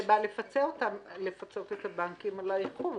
זה בא לפצות את הבנקים על האיחור,